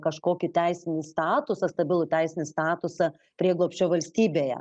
kažkokį teisinį statusą stabilų teisinį statusą prieglobsčio valstybėje